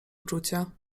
uczucia